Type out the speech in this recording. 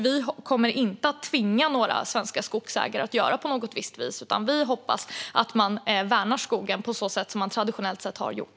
Vi kommer inte att tvinga några svenska skogsägare att göra på något visst vis, utan vi hoppas att man värnar skogen på det sätt som man traditionellt sett har gjort.